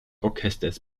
orchesters